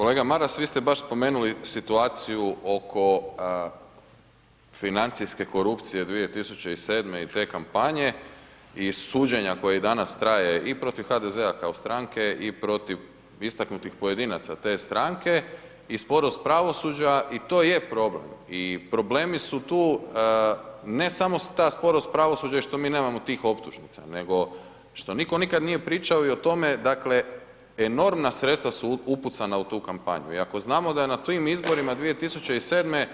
Kolega Maras, vi ste baš spomenuli situaciju oko financijske korupcije 2007. i te kampanje i suđenja koje danas traje i protiv HDZ-a kao stranke i protiv istaknutih pojedinaca te stranke i sporost pravosuđa i to je problem i problemi su tu ne samo ta sporost pravosuđa i što mi nemamo tih optužnica nego što nikad nitko nije pričao i o tome dakle, enormna sredstva su upucana u kampanju i ako znamo da je na tim izborima 2007.